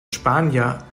spanier